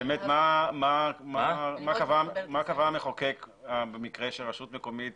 מה קבע המחוקק במקרה שרשות מקומית